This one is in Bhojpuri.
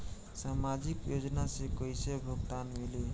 सामाजिक योजना से कइसे भुगतान मिली?